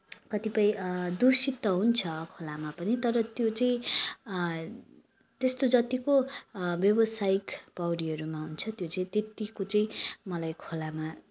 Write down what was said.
कतिपय दुषित त हुन्छ खोलामा पनि तर त्यो चाहिँ त्यस्तो जतिको व्यवसायिक पौडीहरूमा हुन्छ त्यो चाहिँ त्यत्तिको चाहिँ मलाई खोलामा